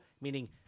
meaning